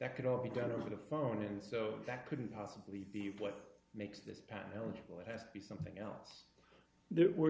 that could all be done over the phone and so that couldn't possibly be what makes that path eligible it has to be something else that we're